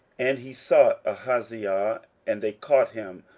and he sought ahaziah and they caught him,